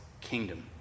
kingdom